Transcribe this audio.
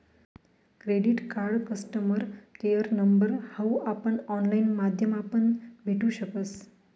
credit card customer care number हाऊ आपण online माध्यमापण भेटू शकस